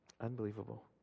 Unbelievable